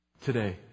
today